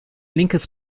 linkes